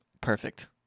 Perfect